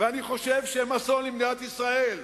ואני חושב שהם אסון למדינת ישראל.